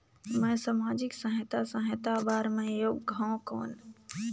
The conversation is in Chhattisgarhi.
मैं समाजिक सहायता सहायता बार मैं योग हवं कौन?